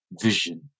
vision